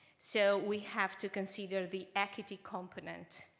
so we have to consider the actu component.